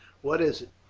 what is it?